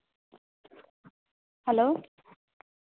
hello